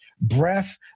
breath